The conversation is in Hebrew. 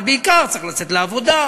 אבל בעיקר צריך לצאת לעבודה.